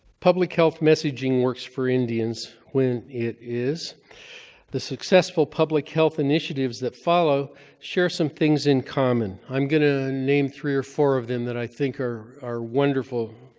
public health messaging works for indians when it is the successful public health initiatives that follow share some things in common. i'm going to name three or four of them that i think are wonderful